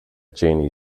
janie